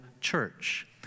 church